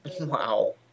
Wow